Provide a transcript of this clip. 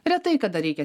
retai kada reikia